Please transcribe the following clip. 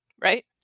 right